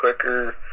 quicker